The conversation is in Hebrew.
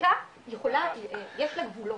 חקיקה יכולה יש לה גבולות,